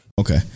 Okay